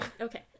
okay